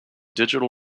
digital